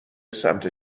سمت